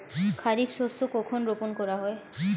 খারিফ শস্য কখন রোপন করা হয়?